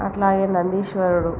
అట్లాగే నందీశ్వరుడు